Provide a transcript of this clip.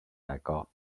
väga